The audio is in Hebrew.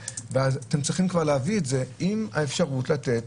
ואתם צריכים כבר להביא את זה עם האפשרות לתת,